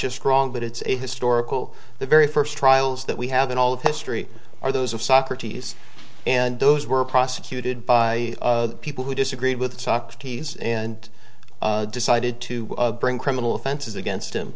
just wrong but it's a historical the very first trials that we have in all of history are those of socrates and those were prosecuted by people who disagreed with socrates and decided to bring criminal offenses against him